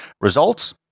Results